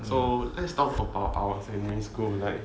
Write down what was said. so let's talk about our secondary school like